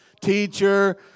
teacher